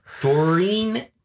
Doreen